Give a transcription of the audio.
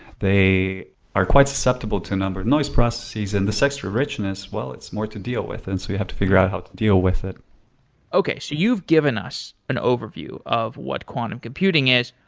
they are quite susceptible to a number of noise processes and this extra richness, well, it's more to deal with and so you have to figure out how to deal with it okay, so you've given us an overview of what quantum computing is.